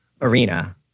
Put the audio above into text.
arena